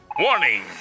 Warning